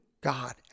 God